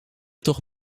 toch